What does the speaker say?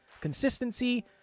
consistency